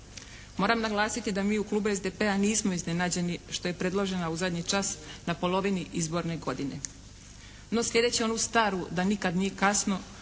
Moram naglasiti da mi u klubu SDP-a nismo iznenađeni što je predložena u zadnji čas na polovini izborne godine, no slijedeći onu staru da nikad nije kasno